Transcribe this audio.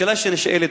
השאלה שנשאלת,